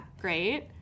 Great